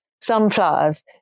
sunflowers